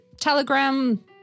Telegram